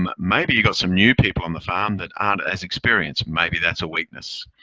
um maybe you got some new people in the farm that aren't as experienced, maybe that's a weakness.